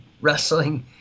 wrestling